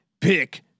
pick